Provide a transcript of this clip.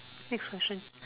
next question